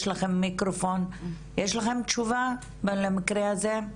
יש לכם תשובה למקרה הזה?